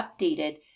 updated